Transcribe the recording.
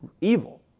evil